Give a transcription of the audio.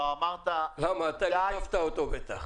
אתה תקפת אותו.